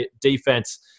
defense